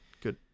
Good